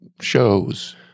shows